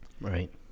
Right